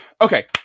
okay